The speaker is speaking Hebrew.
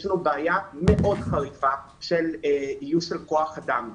יש לנו בעיה מאוד חריפה של איוש של כוח אדם.